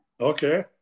Okay